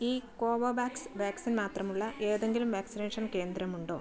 ഈ Covovax vaccine മാത്രമുള്ള ഏതെങ്കിലും വാക്സിനേഷൻ കേന്ദ്രമുണ്ടോ